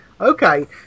okay